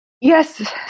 Yes